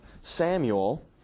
Samuel